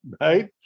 Right